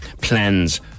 plans